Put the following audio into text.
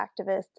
activists